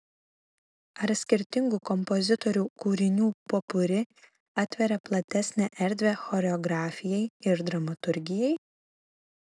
ar skirtingų kompozitorių kūrinių popuri atveria platesnę erdvę choreografijai ir dramaturgijai